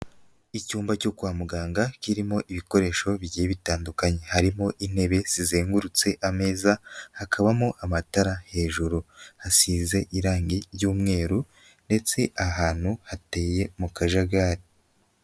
Icyumba cyo kwa muganga kirimo ibikoresho bigiye bitandukanye, harimo intebe zizengurutse ameza, hakabamo amatara hejuru hasize irangi ry'umweru ndetse ahantu hateye mu kajagari.